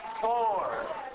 four